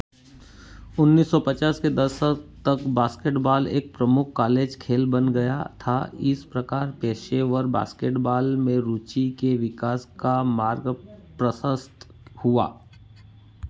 उन्नीस सौ पचास के दशक तक बास्केटबाल एक प्रमुख कॉलेज खेल बन गया था इस प्रकार पेशेवर बास्केटबाल में रुचि के विकास का मार्ग प्रशस्त हुआ